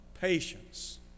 patience